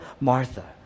Martha